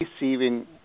receiving